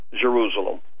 Jerusalem